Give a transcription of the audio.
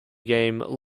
game